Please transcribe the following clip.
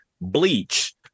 bleach